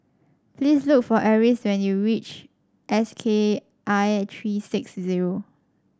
please look for Eris when you reach S K I three six zero